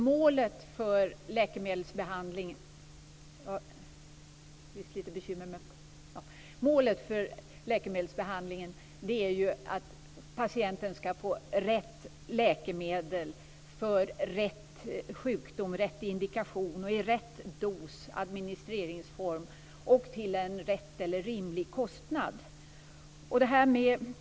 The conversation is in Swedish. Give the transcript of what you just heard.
Målet för läkemedelsbehandlingen är ju att patienten skall få rätt läkemedel för rätt sjukdom på rätt indikation i rätt dos och till en rimlig kostnad.